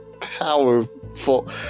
powerful